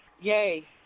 Yay